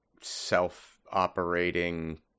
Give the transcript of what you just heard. self-operating